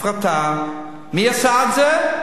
הפרטה, מי עשה את זה?